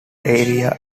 area